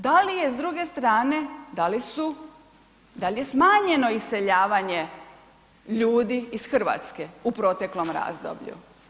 Da li je s druge strane, da li su, da li je smanjeno iseljavanje ljudi iz Hrvatske u proteklom razdoblju?